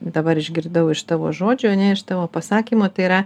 dabar išgirdau iš tavo žodžių ar ne iš tavo pasakymo tai yra